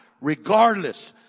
regardless